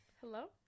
Hello